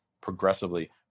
progressively